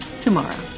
tomorrow